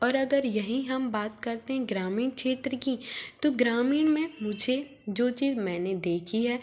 और अगर यही हम बात करते हैं ग्रामीण क्षेत्र की तो ग्रामीण में मुझे जो चीज़ मैंने देखी है